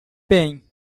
bem